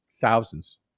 thousands